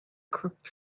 crooked